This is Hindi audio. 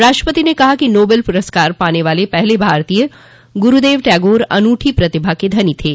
राष्ट्रपति ने कहा कि नोबेल पुरस्कार पाने वाले पहले भारतीय गुरूदेव टैगोर अनूठी प्रतिभा के धनी थे